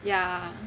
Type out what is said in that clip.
yeah